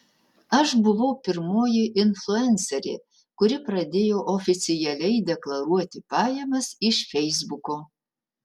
aš buvau pirmoji influencerė kuri pradėjo oficialiai deklaruoti pajamas iš feisbuko